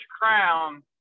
crown